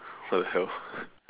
what the hell